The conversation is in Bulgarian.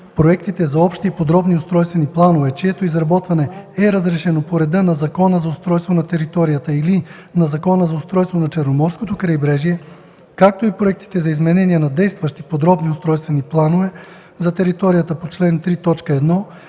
проектите за общи и подробни устройствени планове, чието изработване е разрешено по реда на Закона за устройство на територията или на Закона за устройство на Черноморското крайбрежие, както и проектите за изменения на действащи подробни устройствени планове за територията по чл. 3,